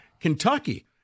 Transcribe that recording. Kentucky